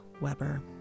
Weber